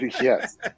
Yes